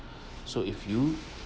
so if you